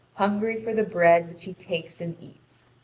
hungry for the bread which he takes and eats.